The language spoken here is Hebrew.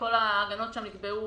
כל ההגנות שם נקבעו